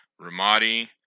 Ramadi